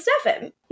Stefan